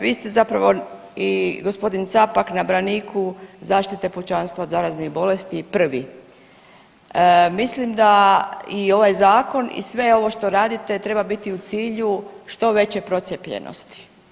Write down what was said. Vi ste zapravo i g. Capak na braniku zaštite pučanstva od zaraznih bolesti prvi mislim da i ovaj zakon i sve ovo što radite treba biti u cilju što veće procijepljenosti.